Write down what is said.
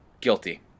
guilty